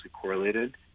correlated